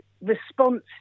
response